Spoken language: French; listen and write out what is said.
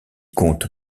compte